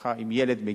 משפחה עם ילד,